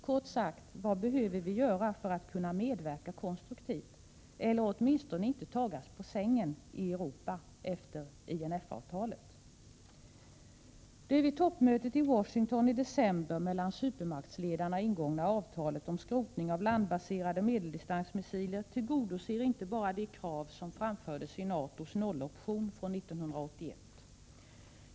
Kort sagt: Vad behöver vi göra för att kunna medverka konstruktivt — eller åtminstone inte tagas på sängen — i Europa efter INF-avtalet? Det vid toppmötet i Washington i december mellan supermaktsledarna ingångna avtalet om skrotning av landbaserade medeldistansmissiler tillgodoser inte bara de krav som framfördes i NATO:s nolloption från 1981.